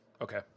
Okay